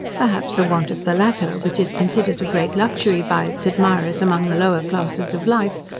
perhaps a want of the latter, which is considered a great luxury by its admirers among the lower classes of life,